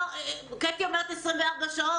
קטי אמרה, תוך 24 שעות